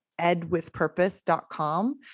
edwithpurpose.com